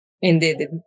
Indeed